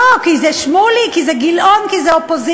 לא, כי זה שמולי, כי זה גילאון, כי זה אופוזיציה.